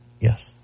Yes